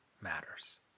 matters